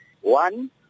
One